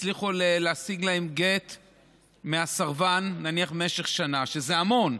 יצליחו להשיג גט מהסרבן, נניח במשך שנה, שזה המון,